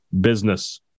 business